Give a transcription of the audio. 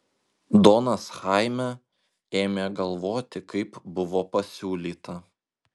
donas chaime ėmė galvoti kaip buvo pasiūlyta